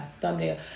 thumbnail